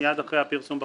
מייד אחרי הפרסום ברשומות.